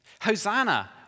Hosanna